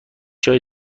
جای